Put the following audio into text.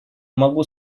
могу